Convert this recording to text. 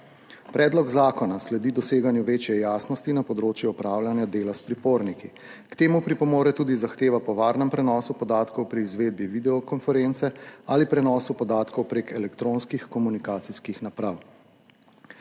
Predlog zakona sledi doseganju večje jasnosti na področju opravljanja dela s priporniki. K temu pripomore tudi zahteva po varnem prenosu podatkov pri izvedbi videokonference ali prenosu podatkov prek elektronskih komunikacijskih naprav